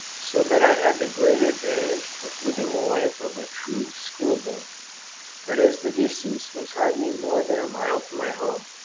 so that i had the great advantage of living the life of a true schoolboy but as the distance was hardly more than a mile to my home,